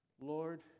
Lord